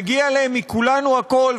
מגיע להם מכולנו הכול,